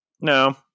No